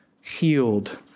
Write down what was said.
healed